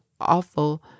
awful